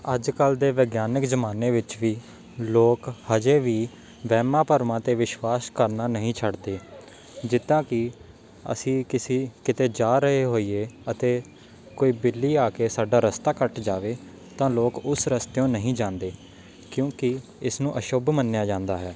ਅੱਜ ਕੱਲ੍ਹ ਦੇ ਵਿਗਿਆਨਿਕ ਜ਼ਮਾਨੇ ਵਿੱਚ ਵੀ ਲੋਕ ਅਜੇ ਵੀ ਵਹਿਮਾਂ ਭਰਮਾਂ 'ਤੇ ਵਿਸ਼ਵਾਸ ਕਰਨਾ ਨਹੀਂ ਛੱਡਦੇ ਜਿੱਦਾਂ ਕਿ ਅਸੀਂ ਕਿਸੀ ਕਿਤੇ ਜਾ ਰਹੇ ਹੋਈਏ ਅਤੇ ਕੋਈ ਬਿੱਲੀ ਆ ਕੇ ਸਾਡਾ ਰਸਤਾ ਕੱਟ ਜਾਵੇ ਤਾਂ ਲੋਕ ਉਸ ਰਸਤਿਓਂ ਨਹੀਂ ਜਾਂਦੇ ਕਿਉਂਕਿ ਇਸ ਨੂੰ ਅਸ਼ੁੱਭ ਮੰਨਿਆ ਜਾਂਦਾ ਹੈ